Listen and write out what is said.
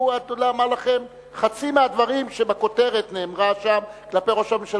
הוא לא אמר לכם חצי מהדברים שבכותרת נאמרו שם כלפי ראש הממשלה.